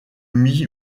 mis